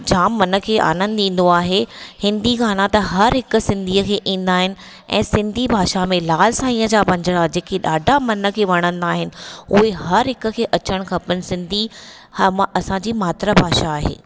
जाम मनखे आनंद ईंदो आहे हिंदी गाना त हर हिकु सिंधीअ खे ईंदा आहिनि ऐं सिंधी भाषा में लाल साईं जा पंजड़ा जेके ॾाढा मन खे वणंदा आहिनि हुए हर हिकु खे अचनि खपनि सिंधी हा मां असांजी मात्र भाषा आहे